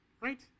right